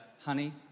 honey